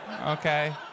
okay